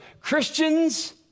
Christians